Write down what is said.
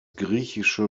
griechische